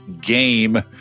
game